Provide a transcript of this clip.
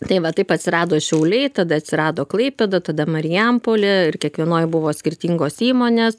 tai va taip atsirado šiauliai tada atsirado klaipėda tada marijampolė ir kiekvienoj buvo skirtingos įmonės